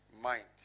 mind